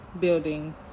building